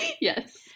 yes